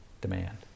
demand